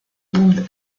bombes